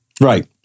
Right